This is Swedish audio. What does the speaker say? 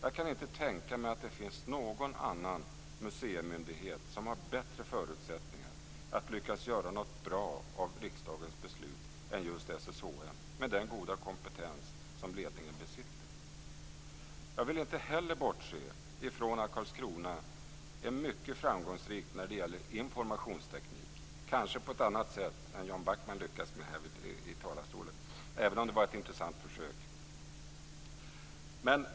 Jag kan inte tänka mig att det finns någon annan museimyndighet som har bättre förutsättningar att lyckas göra något bra av riksdagens beslut än just SSHM, med den goda kompetens som ledningen besitter. Jag vill inte heller bortse från att Karlskrona är mycket framgångsrikt när det gäller informationsteknik - kanske på ett annat sätt än Jan Backman i talarstolen, även om det var ett intressant försök.